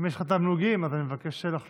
אם יש לך תמלוגים, אז אני מבקש לחלוק.